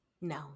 No